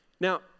Now